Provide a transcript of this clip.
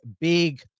big